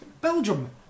Belgium